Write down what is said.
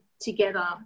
together